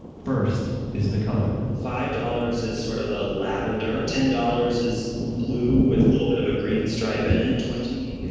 first, is the color five dollars is sort of a lavender. ten dollars is blue with a little bit of a green stripe in it. twenty is.